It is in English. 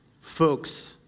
Folks